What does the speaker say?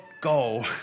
goal